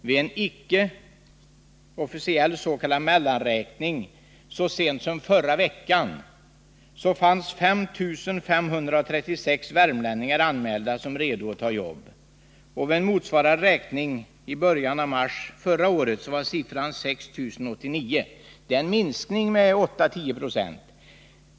Vid en icke officiell s.k. mellanräkning så sent som förra veckan hade 5 536 värmlänningar anmält att de var redo att ta jobb. Vid en motsvarande räkning i början av mars förra året var siffran 6 089. Det är en minskning med 8-10 26.